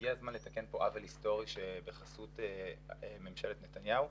הגיע הזמן לתקן פה עוול היסטורי שהוא בחסות ממשלת נתניהו,